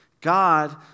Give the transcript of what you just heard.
God